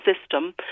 system